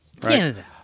Canada